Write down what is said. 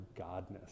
Godness